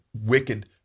wicked